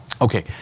Okay